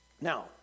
Now